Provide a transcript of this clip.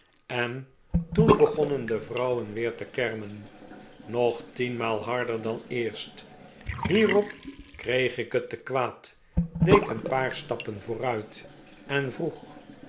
en toen begonnen de vrouwen weer te kermen nog tienmaal harder dan eerst hierop kreeg ik het te kwaad deed een paar stappen vooruit en vroeg